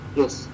yes